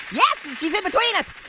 yes, she's in between us!